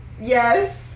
Yes